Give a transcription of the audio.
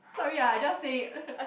sorry ah I just say it